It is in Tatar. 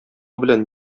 белән